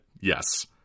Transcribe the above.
yes